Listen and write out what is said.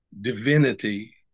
divinity